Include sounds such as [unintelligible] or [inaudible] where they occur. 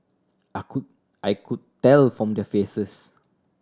[unintelligible] I could tell from their faces